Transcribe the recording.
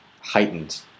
heightened